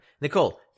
Nicole